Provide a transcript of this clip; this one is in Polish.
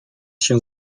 się